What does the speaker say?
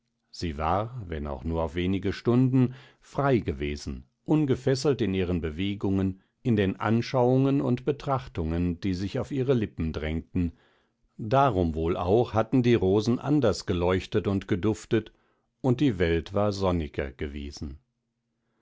sie war wenn auch nur auf einige stunden frei gewesen ungefesselt in ihren bewegungen in den anschauungen und betrachtungen die sich auf ihre lippen drängten darum wohl auch hatten die rosen anders geleuchtet und geduftet und die welt war sonniger gewesen